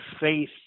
faith